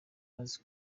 bazi